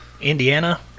Indiana